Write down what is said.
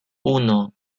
uno